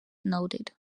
noted